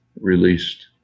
released